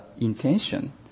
intention